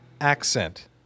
accent